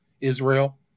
Israel